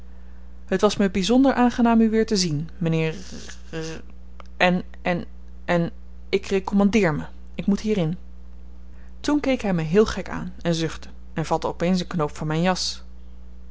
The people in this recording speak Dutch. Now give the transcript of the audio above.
het was me byzonder aangenaam u weer te zien m'nheer r r en èn èn ik rekommandeer me ik moet hierin toen keek hy me heel gek aan en zuchtte en vatte opeens een knoop van myn jas